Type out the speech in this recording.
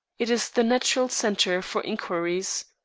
it is the natural centre for inquiries.